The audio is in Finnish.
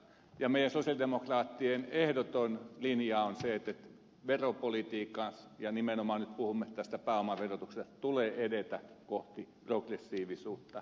ja meidän sosialidemokraattien ehdoton linja on se että veropolitiikan ja nimenomaan nyt puhumme tästä pääomaverotuksesta tulee edetä kohti progressiivisuutta